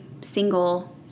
single